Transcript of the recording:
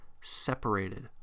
separated